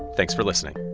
thanks for listening